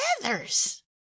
feathers